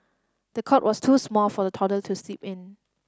the cot was too small for the toddler to sleep in